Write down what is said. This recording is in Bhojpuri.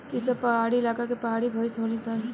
ई सब पहाड़ी इलाका के पहाड़ी भईस होली सन